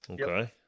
Okay